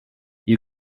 you